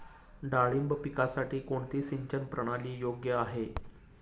डाळिंब पिकासाठी कोणती सिंचन प्रणाली योग्य आहे?